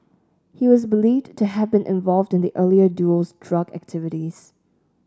he was believed to have been involved in the earlier duo's drug activities